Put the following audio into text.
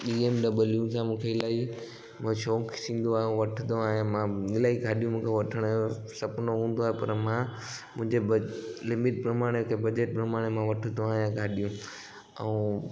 B M W सां मूंखे अलाई शौक़ु थींदो आहे ऐं वठंदो आहियां मां अलाई गाॾियूं वठण जो मूंखे सुपिनो हूंदो आहे पर मां मुंहिंजे बजट लिमिट प्रमाणे बजट प्रमाणे मां वठंदो आहियां गाॾियूं ऐं